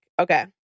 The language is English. okay